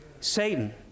Satan